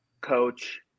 coach